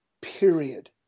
period